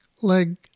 leg